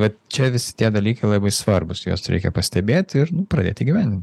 vat čia visi tie dalykai labai svarbūs juos reikia pastebėti ir pradėti įgyvendint